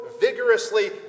vigorously